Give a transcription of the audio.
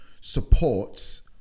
supports